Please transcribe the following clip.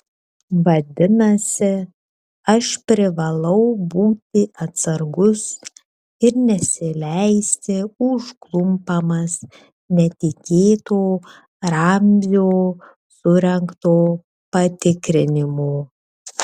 vadinasi aš privalau būti atsargus ir nesileisti užklumpamas netikėto ramzio surengto patikrinimo